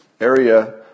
area